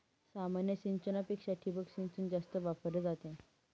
सामान्य सिंचनापेक्षा ठिबक सिंचन जास्त वापरली जाते